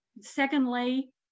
Secondly